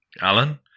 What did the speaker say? Alan